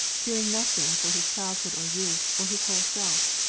fearing nothing for his childhood or youth, or his whole self.